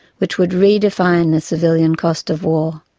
which would redefine the civilian cost of war.